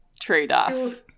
trade-off